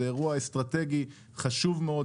זה אירוע אסטרטגי, חשוב מאוד.